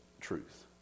truth